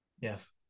Yes